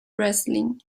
wrestling